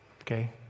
Okay